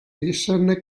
esserne